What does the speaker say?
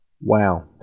Wow